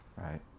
right